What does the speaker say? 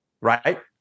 right